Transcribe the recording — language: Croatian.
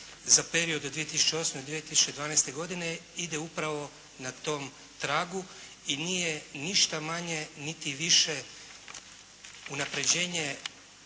za period od 2008. do 2012. godine ide upravo na tom tragu i nije ništa manje niti više unapređenje